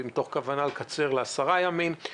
מתוך כוונה לקצר ל-10 ימים.